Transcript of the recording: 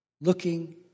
looking